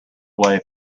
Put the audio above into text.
way